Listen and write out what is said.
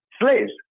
slaves